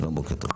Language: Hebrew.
שלום ובוקר טוב.